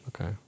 Okay